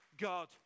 God